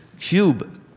cube